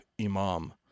Imam